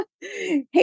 hey